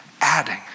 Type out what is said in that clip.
adding